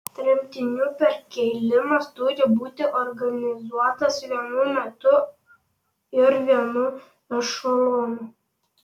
tremtinių perkėlimas turi būti organizuotas vienu metu ir vienu ešelonu